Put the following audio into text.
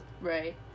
Right